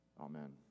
Amen